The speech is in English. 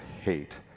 hate